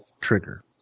trigger